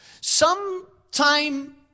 sometime